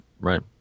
right